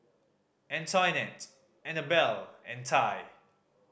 Antionette Annabell and Tai